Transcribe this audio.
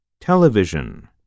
Television